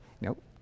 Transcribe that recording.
Nope